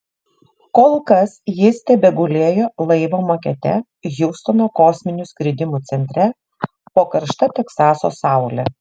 kol kas jis tebegulėjo laivo makete hjustono kosminių skridimų centre po karšta teksaso saule